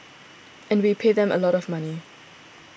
and we pay them a lot of money